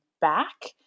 back